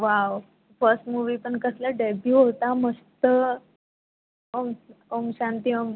wow first movie पण कसला debut होता मस्त ओम ओम शांती ओम